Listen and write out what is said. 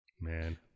Man